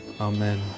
amen